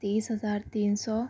تیس ہزار تین سو